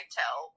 tell